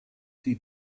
die